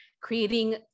creating